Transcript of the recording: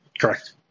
Correct